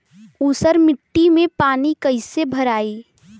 ऊसर मिट्टी में पानी कईसे भराई?